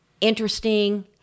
interesting